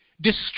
destroy